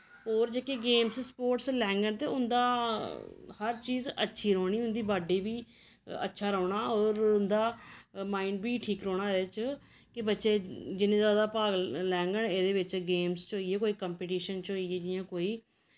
होर जेह्के games sports लैङन ते उं'दा हर चीज अच्छी रौह्नी उं'दी बाडी बी अच्छा रौह्ना होर उं'दा माइंड बी ठीक रौह्ना एह्दे च के बच्चे गी जिन्ना ज्यादा भाग लैङन एह्दे बिच्च गेम्स च होई गेआ कोई कंपीटीशन च होई गेआ जियां कोई